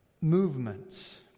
movements